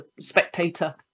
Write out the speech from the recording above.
spectator